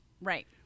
Right